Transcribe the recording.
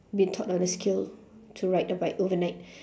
been taught on a skill to ride a bike overnight